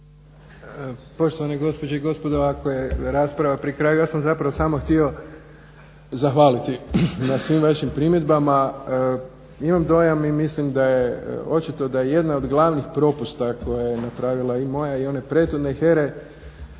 Poštovane gospođe i gospodo, iako je rasprava pri kraju ja sam zapravo samo htio zahvaliti na svim vašim primjedbama. Imam dojam i mislim da je očito da je jedan od glavnih propusta koji je napravila i moja i one prethodne HERA-e,